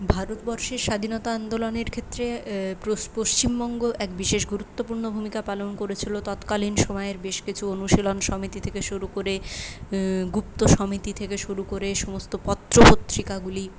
ভারতবর্ষের স্বাধীনতা আন্দোলনের ক্ষেত্রে পশ্চিমবঙ্গ এক বিশেষ গুরুত্বপূর্ণ ভূমিকা পালন করেছিল তৎকালীন সময়ের বেশ কিছু অনুশীলন সমিতি থেকে শুরু করে গুপ্ত সমিতি থেকে শুরু করে সমস্ত পত্র পত্রিকাগুলি